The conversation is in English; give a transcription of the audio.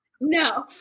No